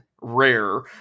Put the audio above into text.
rare